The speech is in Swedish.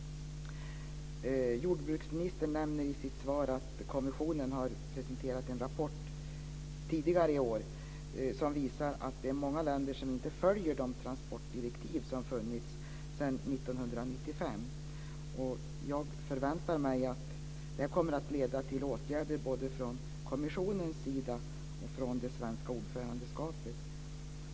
Jordbruksministern nämner i sitt svar att kommissionen har presenterat en rapport tidigare i år som visar att det är många länder som inte följer de transportdirektiv som har funnits sedan 1995. Jag förväntar mig att det kommer att leda till åtgärder både från kommissionens sida och från ordförandelandet Sveriges sida.